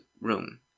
room